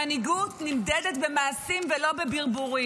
מנהיגות נמדדת במעשים ולא בברבורים.